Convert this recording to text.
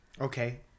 okay